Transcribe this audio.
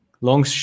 Long